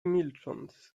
milcząc